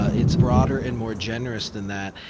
it's broader and more generous than that,